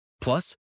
Plus